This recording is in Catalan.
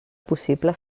possible